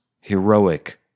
heroic